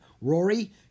Rory